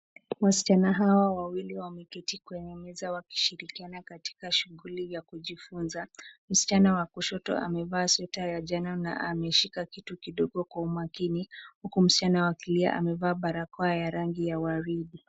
Wasichana hawa wawili wameketi kwenye meza wakishirikiana katika shughuli ya kujifunza. Msichana wa kushoto amevaa sweta ya njano na ameshika kitu kidogo kwa umakini huku msichana wa kulia amevaa barakoa ya rangi ya waridi.